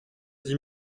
dix